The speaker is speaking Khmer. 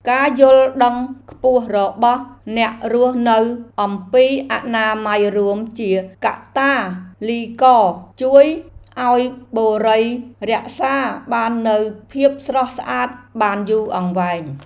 ការយល់ដឹងខ្ពស់របស់អ្នករស់នៅអំពីអនាម័យរួមជាកាតាលីករជួយឱ្យបុរីរក្សាបាននូវភាពស្រស់ស្អាតបានយូរអង្វែង។